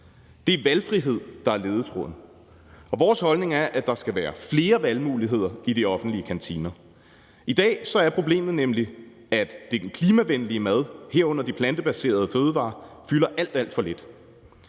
Det er valgfrihed, der er ledetråden. Og vores holdning er, at der skal være flere valgmuligheder i de offentlige kantiner. I dag er problemet nemlig, at den klimavenlige mad, herunder de plantebaserede fødevarer, fylder alt, alt for lidt.